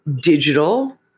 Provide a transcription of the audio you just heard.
digital